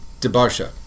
Debarsha